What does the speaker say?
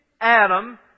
Adam